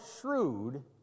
shrewd